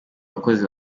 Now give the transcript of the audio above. bakozi